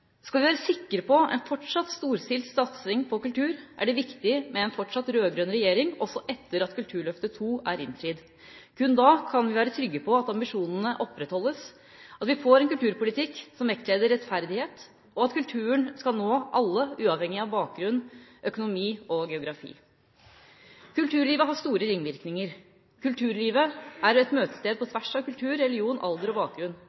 Skal vi være sikre på en fortsatt storstilt satsing på kultur, er det viktig med en fortsatt rød-grønn regjering også etter at Kulturløftet II er innfridd. Kun da kan vi være trygge på at ambisjonene opprettholdes, at vi får en kulturpolitikk som vektlegger rettferdighet, og at kulturen skal nå alle, uavhengig av bakgrunn, økonomi og geografi. Kulturlivet har store ringvirkninger. Kulturlivet er et møtested på tvers av kultur, religion, alder og bakgrunn.